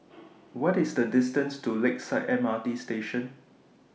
What IS The distance to Lakeside M R T Station